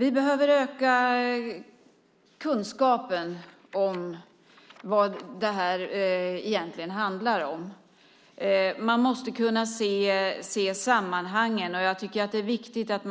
Vi behöver öka kunskapen om vad det egentligen handlar om. Vi måste kunna se sammanhangen, och då är det viktigt att